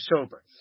sober